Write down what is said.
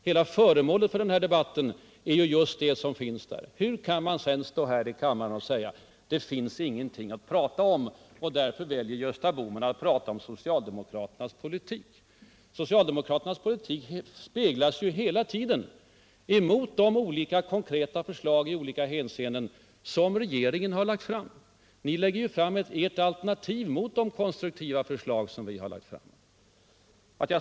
Hela underlaget för denna debatt är ju vad som finns där. Hur kan herr Feldt då stå här i kammaren och säga att det inte finns någonting att diskutera och att det är därför som Gösta Bohman föredrar att prata om socialdemokraternas politik? Socialdemokraternas politik speglas ju hela tiden mot de konkreta förslag i olika hänseenden som regeringen har lagt fram. Ni lägger fram ert alternativ mot de konstruktiva förslag som vi har presenterat.